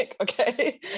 okay